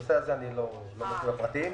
בנושא הזה אני לא מצוי בפרטים.